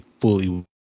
fully